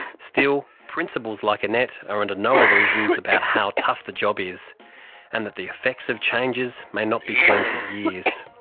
still, principals like annette are under no illusions about how tough the job is and that the effects of changes may not be seen for years.